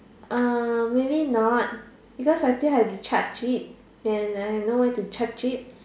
uh maybe not because I still have to charge it and I have no where to charge it